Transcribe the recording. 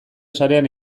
sarean